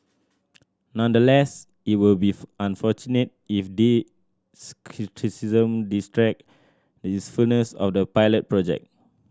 nonetheless it will be unfortunate if these criticism detract usefulness of the pilot project